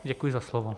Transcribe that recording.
Děkuji za slovo.